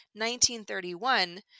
1931